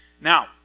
Now